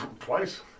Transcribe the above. Twice